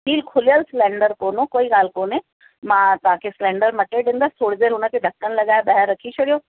seal खुलियलु cylinder कोन हो कोई ॻाल्हि कोन्हे मां तव्हांखे सिलेंडर मटे ॾींदसि थोरी देरि हुन खे ढकणु लॻाए ॿाहिरि रखी छॾियो